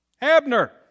Abner